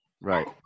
Right